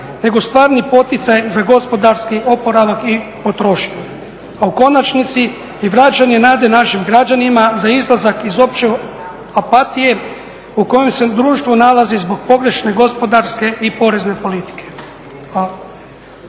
nego stvari poticaj za gospodarski oporavak i potrošnju, a u konačnici i vraćanje nade našim građanima za izlazak iz opće apatije u kojoj se društvo nalazi zbog pogrešne gospodarske i porezne politike.